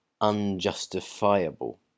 unjustifiable